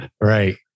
Right